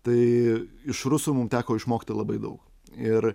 tai iš rusų mum teko išmokti labai daug ir